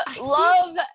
love